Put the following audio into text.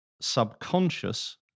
subconscious